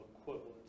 equivalent